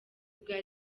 bwa